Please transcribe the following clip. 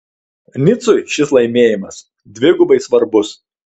nicui šis laimėjimas dvigubai svarbus